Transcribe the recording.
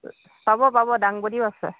পাব পাব দাংবডীও আছে